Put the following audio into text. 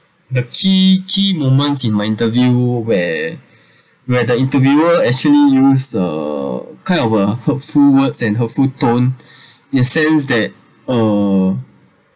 the key key moments in my interview where where the interviewer actually used uh kind of a hurtful words and hurtful tone he says that uh